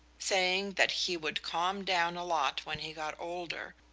saying that he would calm down a lot when he got older,